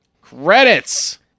credits